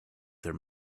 their